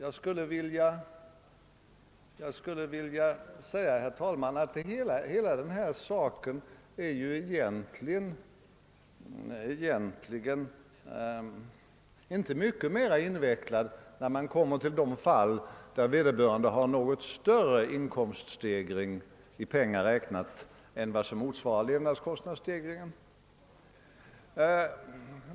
Problemet är egentligen, herr talman, inte mycket mera invecklat när man kommer till de fall, där vederbörande har haft en större procentuell inkomststegring i pengar räknat än vad som motsvarar = levnadskostnadsstegringen.